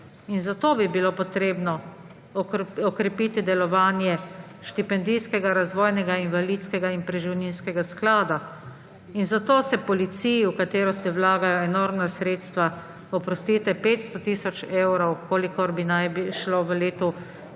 Zato bi bilo treba okrepiti delovanje štipendijskega, razvojnega, invalidskega in preživninskega sklada. Zato se policiji, v katero se vlagajo enormna sredstva, oprostite, 500 tisoč evrov, kolikor bi naj šlo v letu